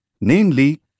namely